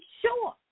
sure